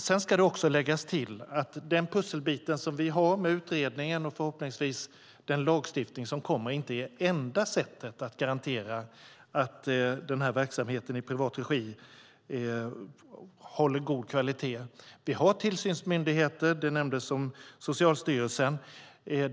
Det ska också tilläggas att den pusselbit som utgörs av utredningen och förhoppningsvis den lagstiftning som kommer inte är det enda sättet att garantera att verksamheter i privat regi håller god kvalitet. Vi har tillsynsmyndigheter. Socialstyrelsen nämndes.